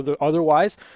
Otherwise